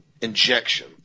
injection